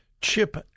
CHIP